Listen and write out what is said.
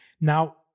Now